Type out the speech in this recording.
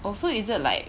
oh so is it like